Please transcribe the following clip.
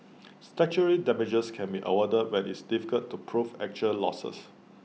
statutory damages can be awarded when is difficult to prove actual losses